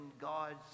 God's